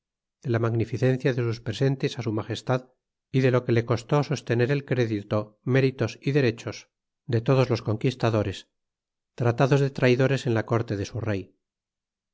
la magnificencia de sus presentes s m y de lo que le costó sostener el crédito méritos y derechos de capitulo cv como se repartió el oro que hubimos ai de lo que